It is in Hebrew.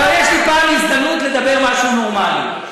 כבר יש לי פעם הזדמנות לדבר משהו נורמלי.